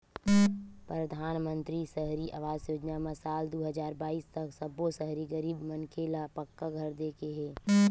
परधानमंतरी सहरी आवास योजना म साल दू हजार बाइस तक सब्बो सहरी गरीब मनखे ल पक्का घर दे के हे